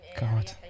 God